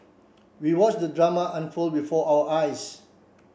we watched the drama unfold before our eyes